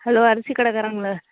hello அரிசி கடைக்காரங்களா